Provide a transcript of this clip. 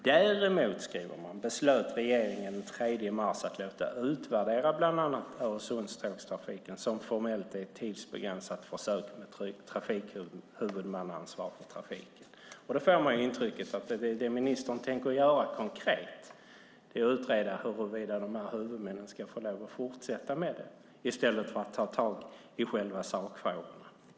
Däremot, säger hon, beslöt regeringen den 3 mars att låta utvärdera bland annat Öresundstågstrafiken, som formellt är ett tidsbegränsat försök med trafikhuvudmannaansvar för trafiken. Då får man intrycket att det ministern tänker göra konkret är att utreda huruvida de här huvudmännen ska få lov att fortsätta med det i stället för att ta tag i själva sakfrågorna.